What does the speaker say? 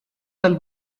dal